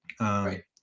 right